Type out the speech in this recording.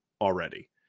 already